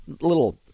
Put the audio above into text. little